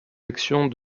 actions